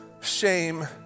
shame